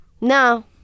no